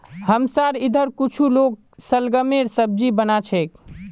हमसार इधर कुछू लोग शलगमेर सब्जी बना छेक